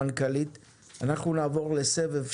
הפנית אלי ואני מודה על הגיבוי.